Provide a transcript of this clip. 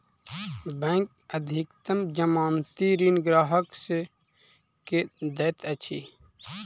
bank अधिकतम जमानती ऋण ग्राहक के दैत अछि